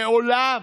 מעולם,